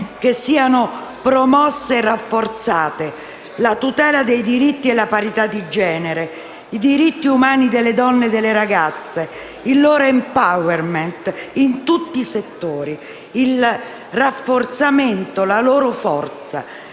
che siano promosse e rafforzate la tutela dei diritti e la parità di genere, i diritti umani delle donne e delle ragazze, il loro *empowerment* in tutti settori, il rafforzamento, la loro forza.